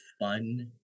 fun